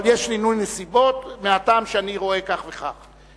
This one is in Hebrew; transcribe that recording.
אבל יש שינוי נסיבות, מהטעם שאני רואה כך וכך.